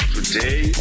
Today